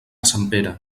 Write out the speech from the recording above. sempere